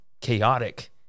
chaotic